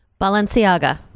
balenciaga